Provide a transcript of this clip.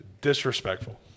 disrespectful